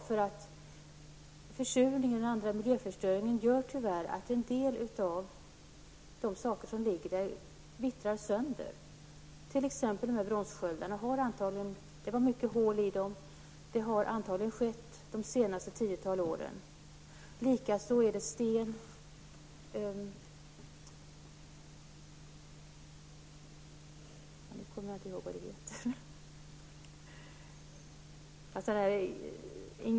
Försurning och annan miljöförstöring gör att en del saker som ligger där vittrar sönder. Det gäller t.ex. dessa bronssköldar. Det fanns många hål i dem, och de har antagligen uppkommit under de senaste årtionden.